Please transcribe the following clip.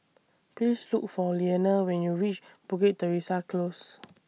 Please Look For Liana when YOU REACH Bukit Teresa Close